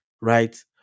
right